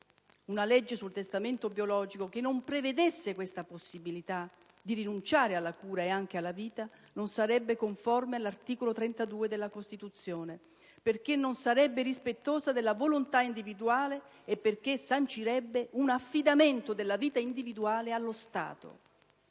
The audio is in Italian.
Una legge sul testamento biologico che non prevedesse la possibilità di rinunciare alla cura e anche alla vita, non sarebbe conforme all'articolo 32 della Costituzione, perché non sarebbe rispettosa della volontà individuale e perché sancirebbe un affidamento della vita individuale allo Stato.